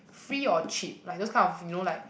free or cheap like those kind you know like